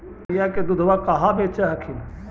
गईया के दूधबा कहा बेच हखिन?